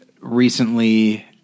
recently